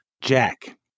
Jack